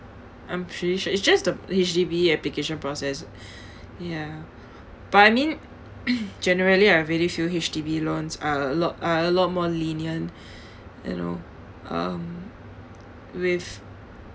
I'm pretty sure it's just the H_D_B application process ya but I mean generally I really feel H_D_B loans are a lot are a lot more lenient you know um with